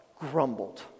grumbled